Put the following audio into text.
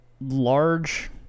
large